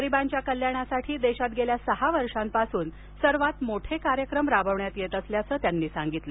गरीबांच्या कल्याणासाठी देशात गेल्या सहा वर्षांपासून सर्वात मोठे कार्यक्रम राबवण्यात येत असल्याचं त्यांनी सांगितलं